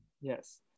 Yes